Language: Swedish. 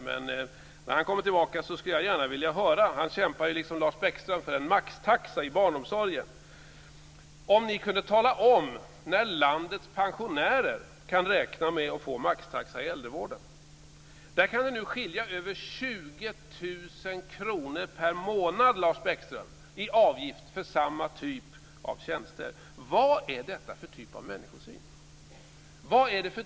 Men han kämpar ju, liksom Lars Bäckström, för en maxtaxa i barnomsorgen. Kan ni tala om när landets pensionärer kan räkna med att få en maxtaxa i äldrevården? Det kan skilja över 20 000 kr per månad, Lars Bäckström, i avgift för samma typ av tjänster. Vad är detta för typ av människosyn?